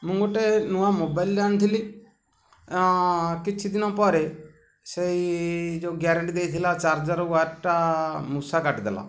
ମୁଁ ଗୋଟେ ନୂଆ ମୋବାଇଲ୍ ଆଣିଥିଲି କିଛି ଦିନ ପରେ ସେଇ ଯୋଉ ଗ୍ୟାରେଣ୍ଟି ଦେଇଥିଲା ଚାର୍ରର୍ ୱାର୍ଡ଼୍ଟା ମୂଷା କାଟିଦେଲା